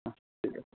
হা ঠিক আছে